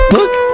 Look